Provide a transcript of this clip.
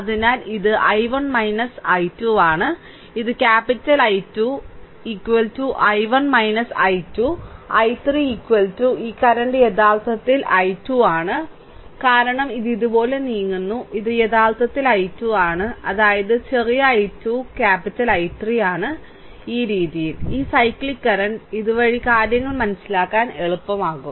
അതിനാൽ ഇത് I1 I2 ആണ് ഇത് capital I2 I1 I2 I3 ഈ കറന്റ് യഥാർത്ഥത്തിൽ I2 ആണ് കാരണം ഇത് ഇതുപോലെ നീങ്ങുന്നു ഇത് യഥാർത്ഥത്തിൽ I2 ആണ് അതായത് ചെറിയ I2 ക്യാപ്പിറ്റൽ I3 ഈ രീതിയിൽ ഈ സൈക്ലിക് കറന്റ് ഇതുവഴി കാര്യങ്ങൾ മനസിലാക്കാൻ എളുപ്പമാകും